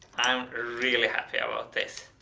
i'm really happy about this.